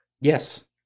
Yes